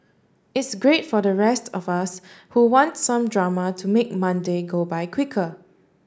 it's great for the rest of us who want some drama to make Monday go by quicker